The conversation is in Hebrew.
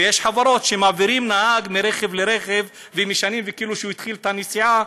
ויש חברות שמעבירות נהג מרכב לרכב ומשנים כאילו שהוא התחיל את הנסיעה,